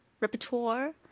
repertoire